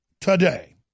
today